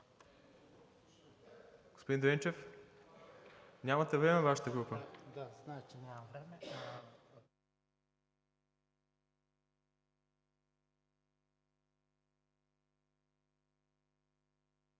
Господин Дренчев, няма време Вашата група!